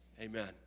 amen